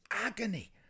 agony